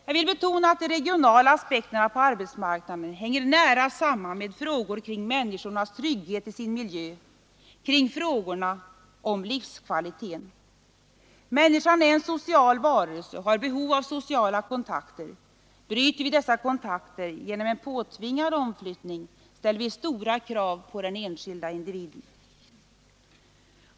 Jag vill betona att de regionala aspekterna på arbetsmarknaden hänger nära samman med frågor kring människornas trygghet i sin miljö — kring frågorna om livskvalitet. Människan är en social varelse och har behov av sociala kontakter. Bryter vi dessa kontakter genom en påtvingad omflyttning ställer vi stora krav på den enskilde individen.